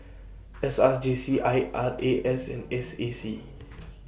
S R J C I R A S and S A C